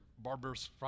barbarous